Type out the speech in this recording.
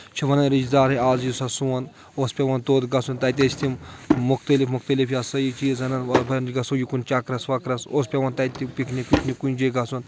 چھِ وَنان رِشتہٕ دارٕے آز یُس ہا سون اوس پیٚوان توت گژھُن تَتہِ ٲسۍ تِم مُختلِف مُختٔلِف یا سٲری چیٖز اَنان گژھو یہِ کُن چَکرَس وَکرَس اوس پیٚوان تَتہِ پِکنِک وِکنِک کُنہِ جایہِ گژھُن